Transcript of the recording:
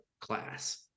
class